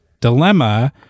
dilemma